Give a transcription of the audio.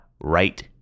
right